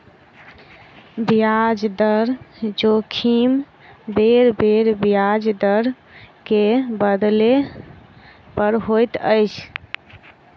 ब्याज दर जोखिम बेरबेर ब्याज दर के बदलै पर होइत अछि